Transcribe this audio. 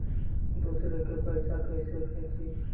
दुसरे के पैसा कैसे भेजी?